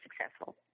successful